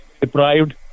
deprived